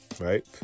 Right